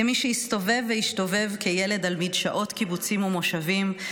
כמי שהסתובב והשתובב כילד על מדשאות קיבוצים ומושבים,